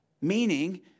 Meaning